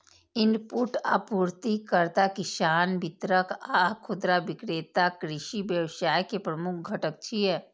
input आपूर्तिकर्ता, किसान, वितरक आ खुदरा विक्रेता कृषि व्यवसाय के प्रमुख घटक छियै